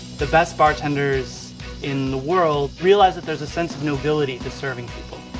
the best bartenders in the world realize that there's a sense of nobility to serving